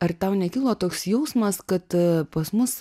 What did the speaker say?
ar tau nekilo toks jausmas kad pas mus